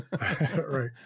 Right